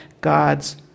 God's